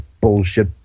bullshit